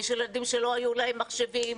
יש ילדים שאולי לא היו להם מחשבים,